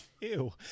Ew